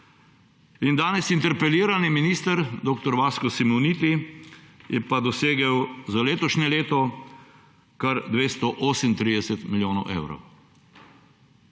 in danes interpelirani minister dr. Vasko Simoniti je pa dosegel za letošnje leto kar 238 milijonov evrov.